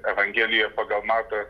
evangelija pagal matą